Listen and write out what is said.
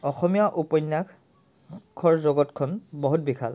অসমীয়া উপন্যাসৰ জগতখন বহুত বিশাল